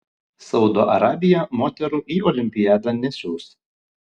saudo arabija moterų į olimpiadą nesiųs